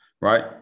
right